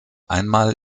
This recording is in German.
einmal